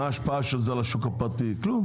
מה ההשפעה של זה על השוק הפרטי, כלום.